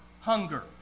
hunger